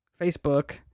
Facebook